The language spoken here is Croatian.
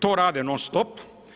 To rade non-stop.